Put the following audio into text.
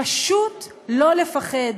פשוט לא לפחד,